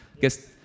guess